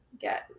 get